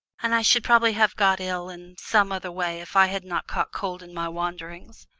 and i should probably have got ill in some other way if i had not caught cold in my wanderings.